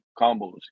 combos